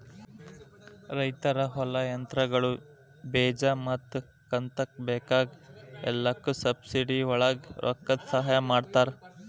ರೈತರ ಹೊಲಾ, ಯಂತ್ರಗಳು, ಬೇಜಾ ಮತ್ತ ಕಂತಕ್ಕ ಬೇಕಾಗ ಎಲ್ಲಾಕು ಸಬ್ಸಿಡಿವಳಗ ರೊಕ್ಕದ ಸಹಾಯ ಮಾಡತಾರ